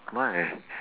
why